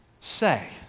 say